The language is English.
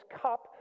cup